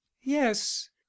yes